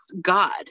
God